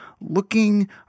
looking